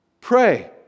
pray